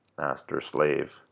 master-slave